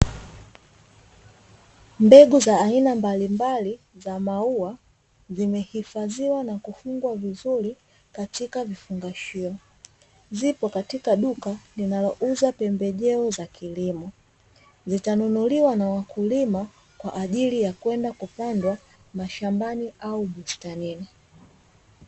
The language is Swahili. Mbegu za aina mbalimbali za maua, zimehifadhiwa na kufungwa vizuri katika vifungashio. Zipo katika duka linalouza pembejeo za kilimo, zitanunuliwa na wakulima kwa ajili ya kwenye kupandwa mashambani au bustanini.